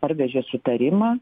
parvežė sutarimą